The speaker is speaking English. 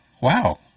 wow